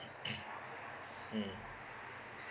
mm